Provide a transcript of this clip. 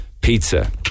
pizza